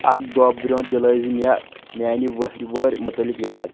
اکھ دۄہ برونٛہہ دِلٲیزِ مے میانِہ وَہرٕ وٲرِ مُتعلق یاد